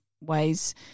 ways